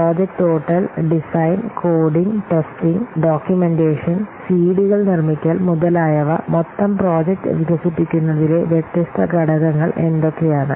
project total design coding testing documentation സിഡികൾ നിർമ്മിക്കൽ മുതലായവ മൊത്തം പ്രോജക്റ്റ് വികസിപ്പിക്കുന്നതിലെ വ്യത്യസ്ത ഘടകങ്ങൾ എന്തൊക്കെയാണ്